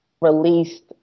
released